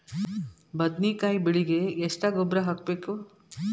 ಬದ್ನಿಕಾಯಿ ಬೆಳಿಗೆ ಎಷ್ಟ ಗೊಬ್ಬರ ಹಾಕ್ಬೇಕು?